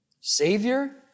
Savior